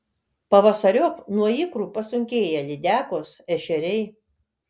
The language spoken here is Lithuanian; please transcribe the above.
pavasariop nuo ikrų pasunkėja lydekos ešeriai